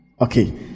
okay